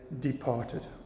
departed